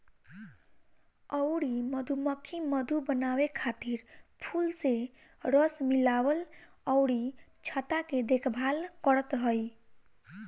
अउरी मधुमक्खी मधु बनावे खातिर फूल से रस लियावल अउरी छत्ता के देखभाल करत हई